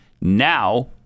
Now